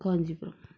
Kanchipuram